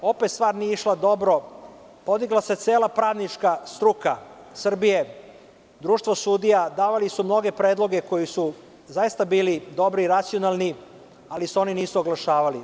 Opet stvar nije išla dobro, podigla se cela pravnička struka Srbije, društvo sudija, davali su mnoge predloge koji su zaista bili dobri i racionalni ali se oni nisu oglašavali.